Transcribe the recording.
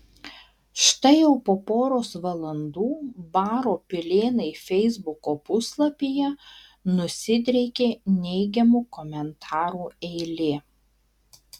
štai jau po poros valandų baro pilėnai feisbuko puslapyje nusidriekė neigiamų komentarų eilė